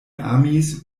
amis